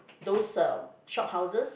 those uh shophouses